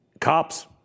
cops